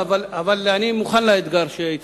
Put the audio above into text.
אבל אני מוכן לאתגר שהציע חבר הכנסת אורון.